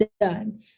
done